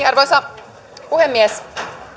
arvoisa puhemies